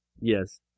Yes